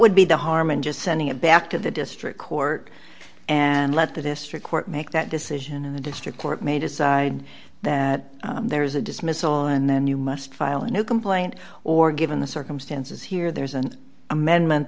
would be the harm in just sending it back to the district court and let the district court make that decision and the district court may decide that there is a dismissal and then you must file a new complaint or given the circumstances here there's an amendment